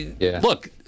Look